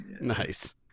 Nice